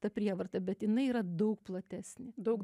ta prievarta bet jinai yra daug platesnė daug daug